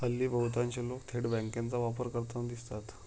हल्ली बहुतांश लोक थेट बँकांचा वापर करताना दिसतात